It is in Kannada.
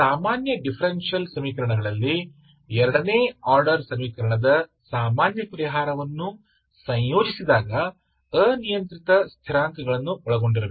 ಸಾಮಾನ್ಯ ಡಿಫರೆನ್ಷಿಯಲ್ ಸಮೀಕರಣಗಳಲ್ಲಿ ಎರಡನೇ ಆರ್ಡರ್ ಸಮೀಕರಣದ ಸಾಮಾನ್ಯ ಪರಿಹಾರವನ್ನು ಸಂಯೋಜಿಸಿದಾಗ ಅನಿಯಂತ್ರಿತ ಸ್ಥಿರಾಂಕಗಳನ್ನು ಒಳಗೊಂಡಿರಬೇಕು